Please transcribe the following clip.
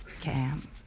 Cam